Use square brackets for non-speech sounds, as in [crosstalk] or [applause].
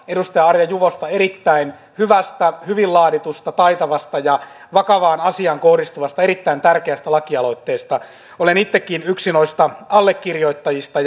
edustaja arja juvosta erittäin hyvästä hyvin laaditusta taitavasta ja vakavaan asiaan kohdistuvasta erittäin tärkeästä lakialoitteesta olen itsekin yksi noista allekirjoittajista [unintelligible]